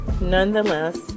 Nonetheless